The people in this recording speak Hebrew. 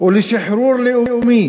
ולשחרור לאומי